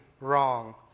wrong